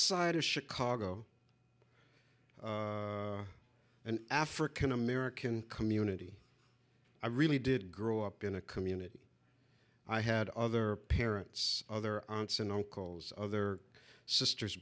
side of chicago an african american community i really did grow up in a community i had other parents other onsen uncles other sisters